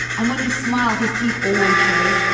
and when he smiles, his teeth always show,